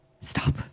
Stop